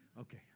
Okay